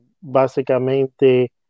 básicamente